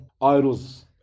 idols